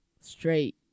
straight